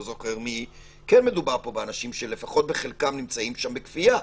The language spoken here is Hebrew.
כן מדובר פה באנשים שלפחות בחלקם נמצאים שם בכפייה.